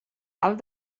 alt